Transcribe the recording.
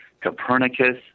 Copernicus